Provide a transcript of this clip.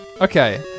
Okay